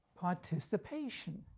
participation